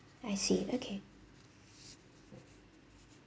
I see okay